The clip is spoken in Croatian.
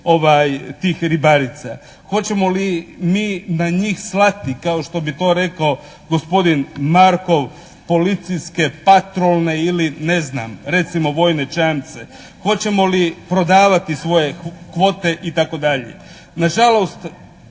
ribarica? Hoćemo li mi na njih slati kao što bi to rekao gospodin Markov, policijske, patrolne ili ne znam recimo vojne čamce? Hoćemo li prodavati svoje kvote itd.? Na žalost,